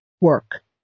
work